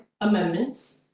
amendments